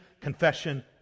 confession